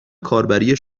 کاربری